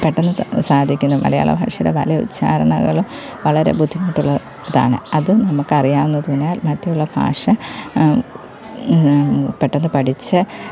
പെട്ടന്ന് സാധിക്കുന്നു മലയാള ഭാഷയുടെ പല ഉച്ചാരണങ്ങളും വളരെ ബുദ്ധിമുട്ടുള്ളതാണ് അതും നമുക്ക് അറിയാവുന്നതിനാൽ മറ്റുള്ള ഭാഷ പെട്ടന്ന് പഠിച്ച്